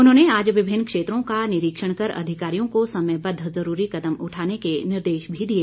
उन्होंने आज विभिन्न क्षेत्रों का निरीक्षण कर अधिकारियों को समयबद्ध जरूरी कदम उठाने के निर्देश भी दिए